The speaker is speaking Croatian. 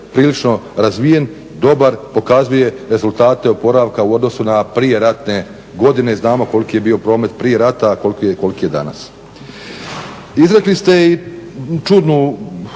prilično razvijen, dobar, pokazuje rezultate oporavka u odnosu na prijeratne godine, znamo koliki je bio promet prije rata, a koliki je danas. Izrekli ste i čudnu